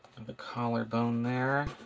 the collar bone there.